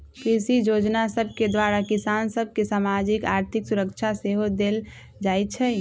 कृषि जोजना सभके द्वारा किसान सभ के सामाजिक, आर्थिक सुरक्षा सेहो देल जाइ छइ